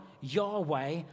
Yahweh